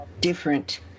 different